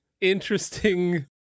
interesting